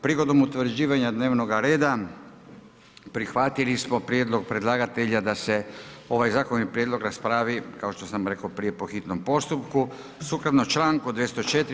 Prigodom utvrđivanja dnevnoga reda prihvatili smo prijedlog predlagatelja da se ovaj zakon i prijedlog raspravi, kao što sam rekao prije, po hitnom postupku sukladno članku 204.